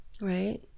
Right